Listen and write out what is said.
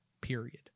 period